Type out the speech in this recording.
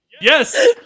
Yes